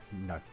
No